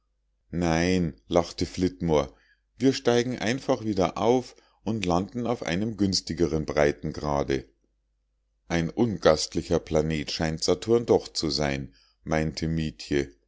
nein lachte flitmore wir steigen einfach wieder auf und landen auf einem günstigeren breitengrade ein ungastlicher planet scheint saturn doch zu sein meinte mietje